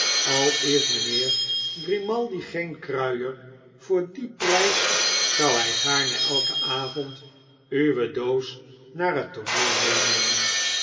al is mijnheer grimaldi geen kruier voor dien prijs zou hij gaarne elken avond uwe doos naar het tooneel meenemen